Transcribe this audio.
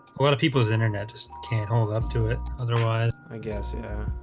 a lot of people's internet just can't hold up to it. otherwise, i guess yeah